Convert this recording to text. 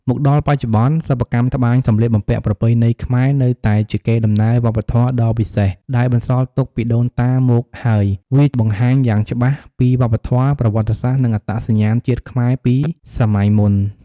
មកដល់ពេលបច្ចុប្បន្ន សិប្បកម្មត្បាញសម្លៀកបំពាក់ប្រពៃណីខ្មែរ នៅតែជាកេរដំណែលវប្បធម៌ដ៏វិសេសដែលបន្សល់ទុកពីដូនតាមកហើយវាបង្ហាញយ៉ាងច្បាស់ពីវប្បធម៌ ប្រវត្តិសាស្ត្រ និងអត្តសញ្ញាណជាតិខ្មែរពីសម័យមុន។